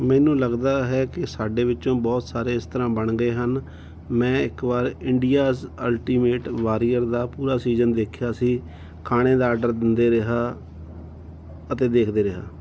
ਮੈਨੂੰ ਲਗਦਾ ਹੈ ਕਿ ਸਾਡੇ ਵਿੱਚੋਂ ਬਹੁਤ ਸਾਰੇ ਇਸ ਤਰ੍ਹਾਂ ਬਣ ਗਏ ਹਨ ਮੈਂ ਇੱਕ ਵਾਰ ਇੰਡੀਆਜ਼ ਅਲਟੀਮੇਟ ਵਾਰੀਅਰ ਦਾ ਪੂਰਾ ਸੀਜ਼ਨ ਦੇਖਿਆ ਸੀ ਖਾਣੇ ਦਾ ਆਰਡਰ ਦਿੰਦੇ ਰਿਹਾ ਅਤੇ ਦੇਖਦੇ ਰਿਹਾ